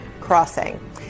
crossing